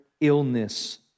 illness